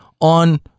on